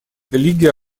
лиги